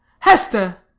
hester!